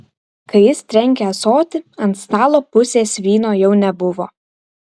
kai jis trenkė ąsotį ant stalo pusės vyno jau nebuvo